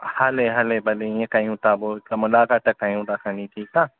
हले हले भले हीअं कयूं था पोइ कमला खां था कयूं था खणी ठीकु आहे